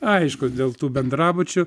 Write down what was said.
aišku dėl tų bendrabučių